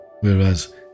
whereas